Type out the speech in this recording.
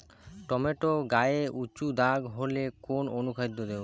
Tomato গায়ে উচু দাগ হলে কোন অনুখাদ্য দেবো?